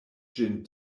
ĝin